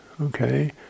okay